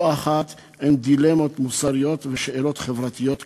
אחת עם דילמות מוסריות ועם שאלות חברתיות קשות.